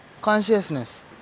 consciousness